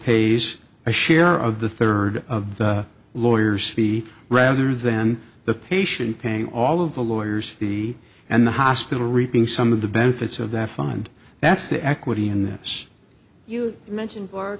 pays a share of the third of the lawyers fee rather than the patient paying all of the lawyers fee and the hospital reaping some of the benefits of that fund that's the equity and as you mentioned